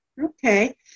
Okay